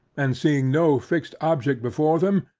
and seeing no fixed object before them,